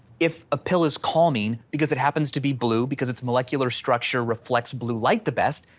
if a pill is calming, because it happens to be blue, because its molecular structure reflects blue light the best,